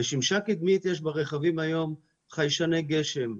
ושמשה קדמית יש ברכבים היום חיישני גשם,